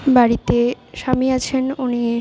বাড়িতে স্বামী আছেন উনি